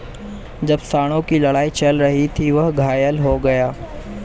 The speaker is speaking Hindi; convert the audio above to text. जब सांडों की लड़ाई चल रही थी, वह घायल हो गया